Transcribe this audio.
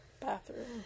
bathroom